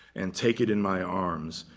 and take it in my arms,